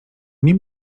nie